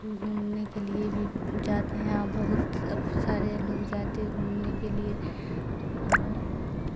گھومنے کے لیے بھی جاتے ہیں یہاں بہتب سارے لوگ جاتے ہیں گھومنے کے لیے